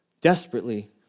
desperately